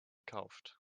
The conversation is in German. kauft